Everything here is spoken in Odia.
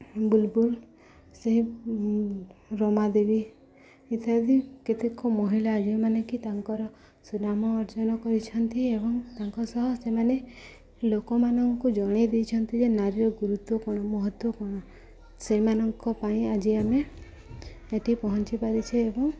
ବୁଲ୍ବୁଲ୍ ସେ ରମାଦେବୀ ଇତ୍ୟାଦି କେତେକ ମହିଳା ଆଜିମାନେ କି ତାଙ୍କର ସୁନାମ ଅର୍ଜନ କରିଛନ୍ତି ଏବଂ ତାଙ୍କ ସହ ସେମାନେ ଲୋକମାନଙ୍କୁ ଜଣାଇ ଦେଇଛନ୍ତି ଯେ ନାରୀର ଗୁରୁତ୍ୱ କ'ଣ ମହତ୍ତ୍ଵ କ'ଣ ସେମାନଙ୍କ ପାଇଁ ଆଜି ଆମେ ଏଇଠି ପହଞ୍ଚିପାରିଛେ ଏବଂ